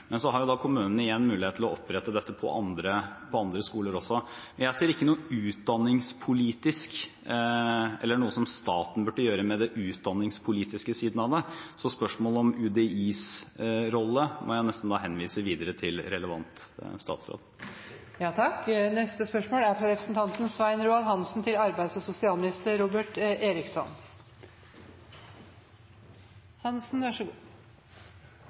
Men så har kommunene igjen mulighet til å opprette dette på andre skoler også. Jeg ser ikke noe utdanningspolitisk ved det eller noe staten burde gjøre med den utdanningspolitiske siden av det, så spørsmålet om UDIs rolle må jeg nesten henvise videre til relevant statsråd. Jeg tillater meg å stille følgende spørsmål